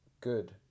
good